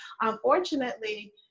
Unfortunately